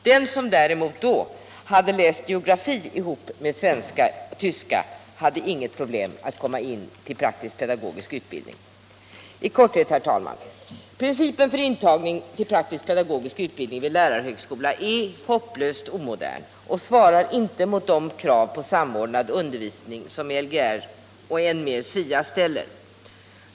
Den som däremot hade läst geografi tillsammans med svenska-tyska hade inget problem att komma in i praktisk pedagogisk utbildning. I korthet, herr talman, är principen för intagning till praktisk pedagogisk utbildning vid lärarhögskolan hopplöst omodern och svarar inte mot de krav på samordnad undervisning som Lgr 69 och än mer SIA ställer.